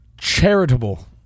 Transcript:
charitable